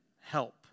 help